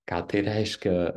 ką tai reiškia